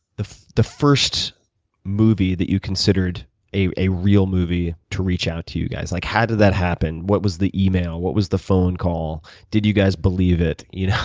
the the first movie that you considered a a real movie to reach out to you guys. like how did that happen? what was the email? what was the phone call? did you guys believe it? you know